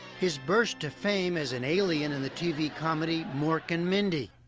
his burst to fame as an alien in the tv comedy mork and mindy.